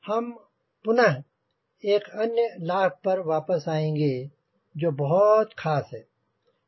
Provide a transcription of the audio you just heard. हम पुनः एक अन्य लाभ पर वापस आएँगे जो बहुत खास है